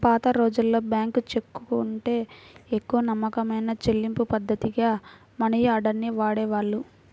పాతరోజుల్లో బ్యేంకు చెక్కుకంటే ఎక్కువ నమ్మకమైన చెల్లింపుపద్ధతిగా మనియార్డర్ ని వాడేవాళ్ళు